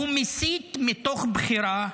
הוא מסית מתוך בחירה,